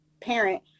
parent